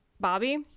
Bobby